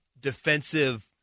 defensive